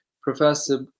Professor